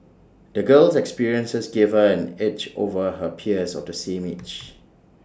the girl's experiences gave her an edge over her peers of the same age